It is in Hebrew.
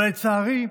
אבל לצערי,